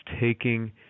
taking